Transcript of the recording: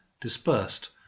dispersed